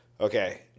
Okay